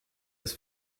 his